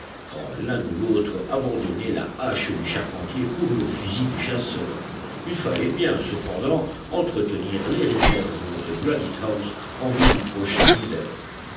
quand l'un ou l'autre abandonnait la hache du charpentier pour le fusil du chasseur il fallait bien cependant entretenir les réserves de granite house en vue du prochain hiver